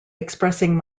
expressing